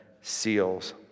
seals